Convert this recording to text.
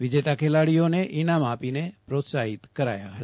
વિજેતા ખેલાડીઓને ઇનામ આપીને પ્રોત્સાહિત કરાયા હતા